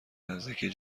نزدیکی